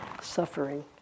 suffering